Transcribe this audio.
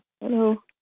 Hello